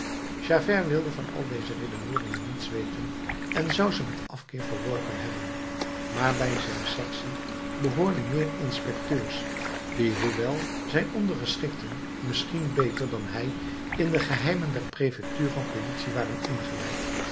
javert wilde van al deze redeneeringen niets weten en zou ze met afkeer verworpen hebben maar bij zijn sectie behoorden meer inspecteurs die hoewel zijn ondergeschikten misschien beter dan hij in de geheimen der prefectuur van politie waren ingewijd